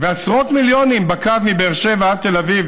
ועשרות מיליונים בקו מבאר שבע עד לתל אביב,